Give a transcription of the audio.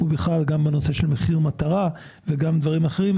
הוא גם בנושא של מחיר מטרה ודברים אחרים.